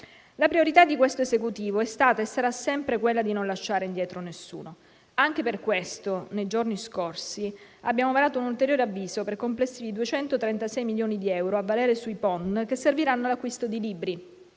La priorità di questo Esecutivo è stata e sarà sempre quella di non lasciare indietro nessuno. Anche per questo, nei giorni scorsi abbiamo varato un ulteriore avviso per complessivi 236 milioni di euro, a valere sui PON, che serviranno all'acquisto di libri